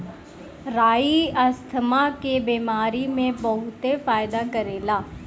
राई asthma के बेमारी में बहुते फायदा करेला